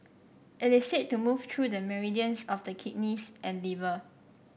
it is said to move through the meridians of the kidneys and liver